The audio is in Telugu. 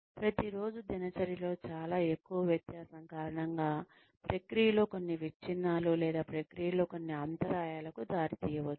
ప్రతిరోజూ దినచర్య లో చాలా ఎక్కువ వ్యత్యాసం కారణం గా ప్రక్రియ లో కొన్ని విచ్ఛిన్నాలు లేదా ప్రక్రియలో కొన్ని అంతరాయాలకు దారితీయవచ్చు